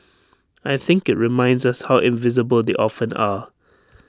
I think IT reminds us how invisible they often are